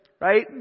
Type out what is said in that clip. right